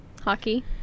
Hockey